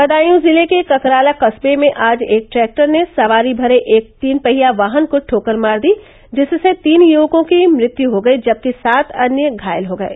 बदायूं जिले के ककराला कस्बे में आज एक ट्रैक्टर ने सवारी भरे एक तीन पहिया वाहन को ठोकर मार दी जिससे तीन युवकों की मृत्यु हो गयी जबकि सात अन्य घायल हो गये